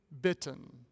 bitten